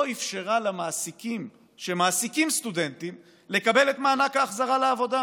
לא אפשרה למעסיקים שמעסיקים סטודנטים לקבל את מענק ההחזרה לעבודה,